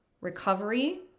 recovery